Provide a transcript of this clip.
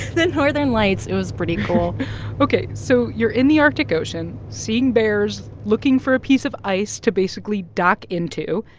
the northern lights it was pretty cool ok, so you're in the arctic ocean, seeing bears, looking for a piece of ice to basically dock into.